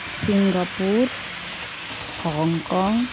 Singapore Hong Kong